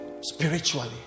spiritually